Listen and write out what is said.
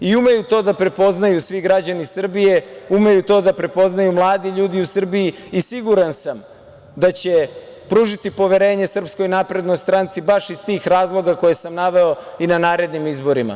Umeju to da prepoznaju svi građani Srbije, umeju to da prepoznaju mladi ljudi u Srbiji i siguran sam da će pružiti poverenje SNS baš iz tih razloga koje sam naveo i na narednim izborima.